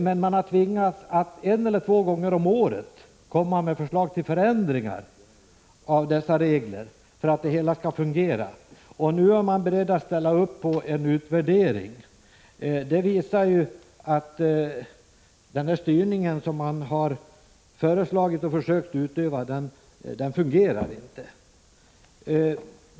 Men man har tvingats att en eller två gånger om året komma med förslag till förändringar av dessa regler för att det hela skall fungera, och nu är man beredd att ställa upp på en utvärdering. Det visar att den styrning som man har föreslagit och försökt utöva inte fungerar.